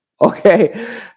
Okay